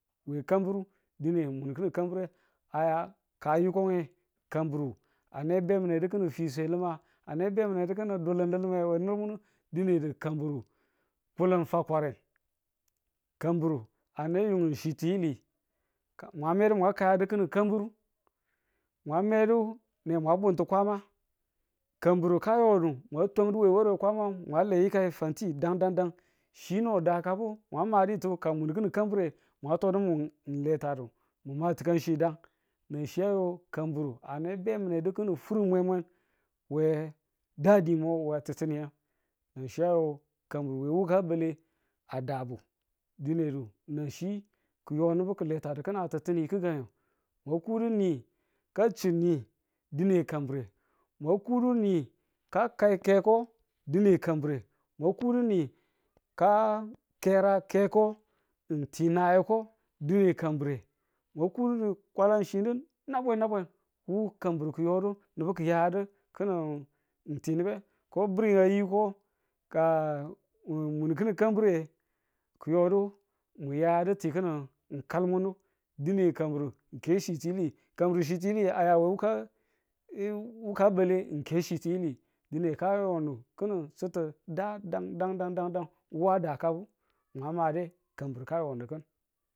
we kamburu dine mun kinin kambure aya ka yiko nye kamburu a ne bemune ki̱nin fiswe li̱mange, ane bemune ki̱nin dulune dulune we nurmunu dine kamburu, kulun fwakware kamburu a ne youg chi tiyile k mwa medu mwa kayadu kinin kamburu mwa medu ne mwa buntu Kwama kamburu kayonu mwa tunduwe ware Kwama mwa le yikai fanti dan dan dan chi no a dakabu mwa madituwe ka mwan ki̱nin kambure, mwa todu mu leta du, mu ma ti̱kanchi dang. na chi ayo kambure a ne be mune ki̱nin fur mwe mwe we dadi mo we ti̱ttinite nan chi ayo kamburu a wuka bale, a dabu dinedu na chi ki yo nubu ki letadi̱kin a tatinitu a gi̱gange. mwa kudu ni, ka chi ni dine kambure mwa kudu ni ka kai keko dine kambure. mwa kudu ni, ka kera keko ng ti nayeko dine kambure mwa ku kwalachinyu nabwen nabwen wu kamburu ki̱yu do nubu ki̱yayadu ki̱ning ng ti nubu ko biri a yiko ka mun ki̱nin kambure ki̱ yodu mu yayadu ti ki̱nin ng kal munu dine kamburu ng ke chi tiyili kamburu chi tiyili a ya a wuka wuka bwale ng ke chi tiyiliye dine ka yonu ki̱nin chitu da dang dang dang wu a dakabu wu mwa made kamburu kayoyi kin.